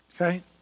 okay